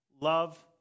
love